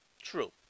True